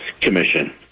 Commission